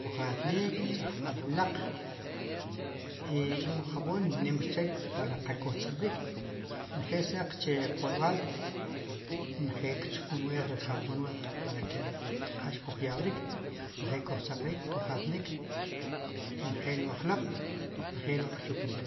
kujatniik, chu cha'jb'al laq i re'wu jab'oom nim rcheek, ataq kuj tz'iilb'iik, njeel s- aaq chu qwoorb'aal, injeel kchkun wi'jri jab'oon ri' para que qal xkuuj ya'b'rik. njeel kuuj saqrrik. kuj atniik, njeel wu ajloob' njeel wa' kchuknik